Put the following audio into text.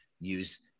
use